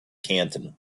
canton